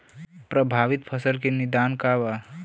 प्रभावित फसल के निदान का बा?